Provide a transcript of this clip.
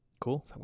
cool